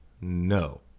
No